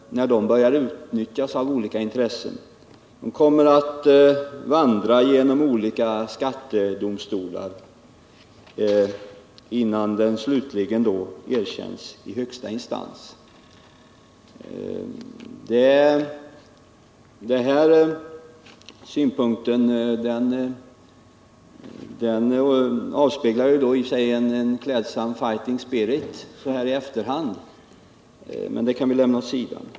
När olika intressen vill börja utnyttja avdragen kommer yrkandena om avdrag att vandra genom olika skattedomstolar innan de slutligen erkänns i högsta instans, sade Erik Huss. Denna synpunkt avspeglar i och för sig en klädsam fighting spirit så här i efterhand, men det kan vi lämna åt sidan.